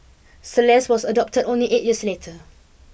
Celeste was adopted only eight years later